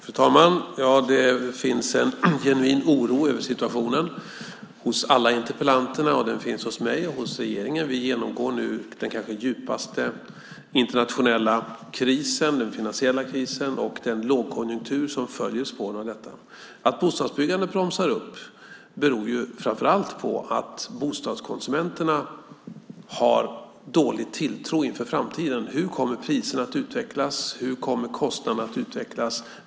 Fru talman! Det finns en genuin oro över situationen hos alla interpellanterna. Den finns hos mig och hos regeringen. Vi genomgår nu en mycket djup internationell finansiell kris och en lågkonjunktur som följer i spåren av detta. Att bostadsbyggandet bromsar upp beror framför allt på att bostadskonsumenterna har dålig tilltro inför framtiden. Hur kommer priserna att utvecklas? Hur kommer kostnaderna att utvecklas?